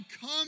come